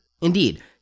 Indeed